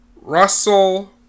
Russell